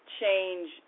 change